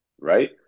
right